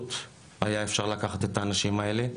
בקלות היה אפשר לקחת את האנשים האלה,